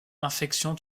infection